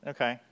Okay